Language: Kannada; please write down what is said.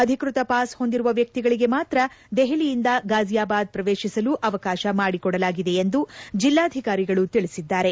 ಅಧಿಕೃತ ಪಾಸ್ ಹೊಂದಿರುವ ವ್ಯಕ್ತಿಗಳಿಗೆ ಮಾತ್ರ ದೆಹಲಿಯಿಂದ ಗಾಝಿಯಾಬಾದ್ ಪ್ರವೇಶಿಸಲು ಅವಕಾಶ ಮಾಡಿಕೊಡಲಾಗಿದೆ ಎಂದು ಜಿಲ್ಲಾ ಅಧಿಕಾರಿಗಳು ತಿಳಿಸಿದ್ದಾರೆ